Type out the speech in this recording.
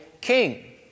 king